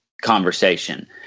conversation